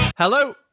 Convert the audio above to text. Hello